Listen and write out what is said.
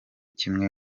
kimwe